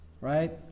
right